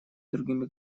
другими